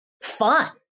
fun